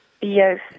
Yes